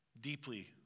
deeply